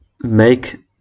make